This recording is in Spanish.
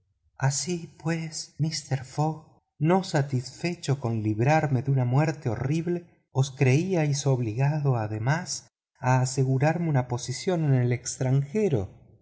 así pues mister fogg no satisfecho con librarme de una muerte horrible os creíais obligado además a asegurarme una posición en el extranjero